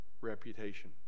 reputation